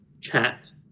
chat